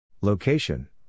Location